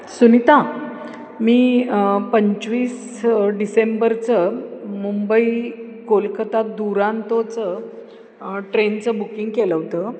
सुनीता मी पंचवीस डिसेंबरचं मुंबई कोलकाता दुरांतोचं ट्रेनचं बुकिंग केलं होतं